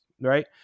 right